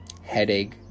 headache